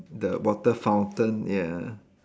the water fountain ya